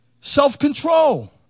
self-control